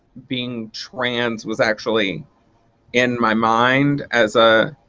being trans was actually in my mind as a